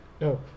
no